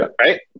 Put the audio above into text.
Right